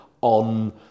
on